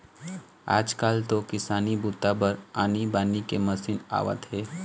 आजकाल तो किसानी बूता बर आनी बानी के मसीन आवत हे